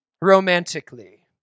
romantically